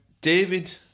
David